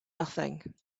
nothing